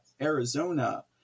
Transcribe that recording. Arizona